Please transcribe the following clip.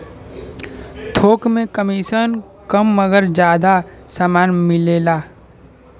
थोक में कमिसन कम मगर जादा समान मिलेला